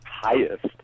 highest